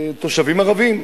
תושבים ערבים.